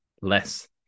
less